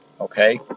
okay